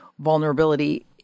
vulnerability